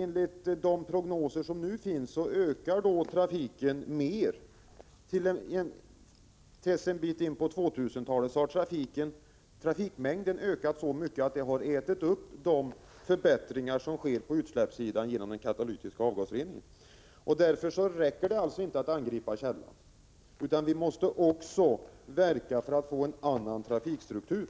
Enligt de prognoser som nu finns kommer trafikmängden till en bit in på 2000-talet att ha ökat så mycket att denna ätit upp de förbättringar på utsläppssidan som sker genom den katalytiska avgasreningen. Därför räcker det inte att angripa källan. Vi måste också verka för att få till stånd en annan trafikstruktur.